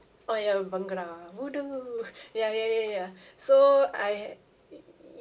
oh ya ya ya ya so I